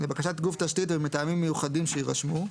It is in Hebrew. "לבקשת גוף תשתית ומטעמים מיוחדים שיירשמו,